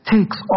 Takes